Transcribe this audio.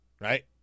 Right